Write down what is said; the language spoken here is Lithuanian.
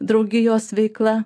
draugijos veikla